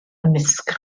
ymysg